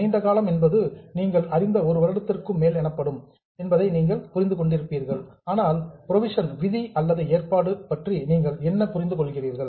நீண்ட காலம் என்பது நீங்கள் அறிந்த ஒரு வருடத்திற்கும் மேல் எனப்படும் ஆனால் புரோவிஷன் விதி அல்லது ஏற்பாடு பற்றி நீங்கள் என்ன புரிந்து கொள்கிறீர்கள்